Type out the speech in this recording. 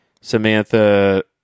Samantha